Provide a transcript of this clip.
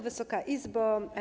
Wysoka Izbo!